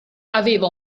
aveva